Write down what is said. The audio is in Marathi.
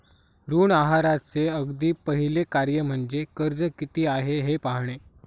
ऋण आहाराचे अगदी पहिले कार्य म्हणजे कर्ज किती आहे हे पाहणे